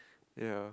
ya